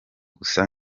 gusa